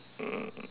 mm